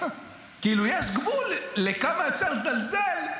כאילו, יש גבול לכמה אפשר לזלזל.